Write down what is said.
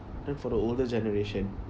then for the older generation